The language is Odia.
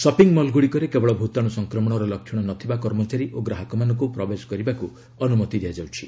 ସଫିଂମଲ୍ଗୁଡ଼ିକରେ କେବଳ ଭୂତାଣୁ ସଂକ୍ରମଣର ଲକ୍ଷଣ ନଥିବା କର୍ମଚାରୀ ଓ ଗ୍ରାହକମାନଙ୍କୁ ପ୍ରବେଶ କରିବାକୁ ଅନୁମତି ଦିଆଯାଉଛି